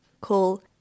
Call